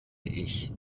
ich